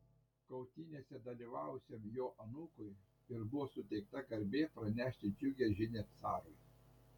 kautynėse dalyvavusiam jo anūkui ir buvo suteikta garbė pranešti džiugią žinią carui